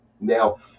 Now